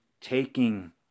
taking